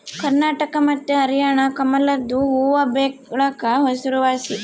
ಕರ್ನಾಟಕ ಮತ್ತೆ ಹರ್ಯಾಣ ಕಮಲದು ಹೂವ್ವಬೆಳೆಕ ಹೆಸರುವಾಸಿ